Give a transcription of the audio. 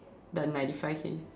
the ninety five K